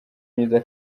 myiza